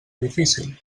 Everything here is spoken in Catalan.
difícil